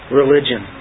religion